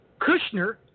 Kushner